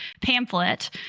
pamphlet